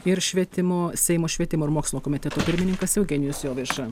ir švietimo seimo švietimo ir mokslo komiteto pirmininkas eugenijus jovaiša